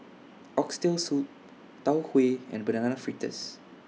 Oxtail Soup Tau Huay and Banana Fritters